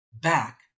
back